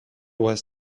was